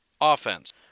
offense